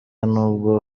nibwo